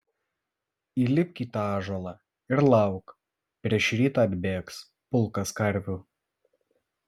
įlipk į tą ąžuolą ir lauk prieš rytą atbėgs pulkas karvių